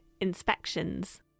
inspections